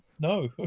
No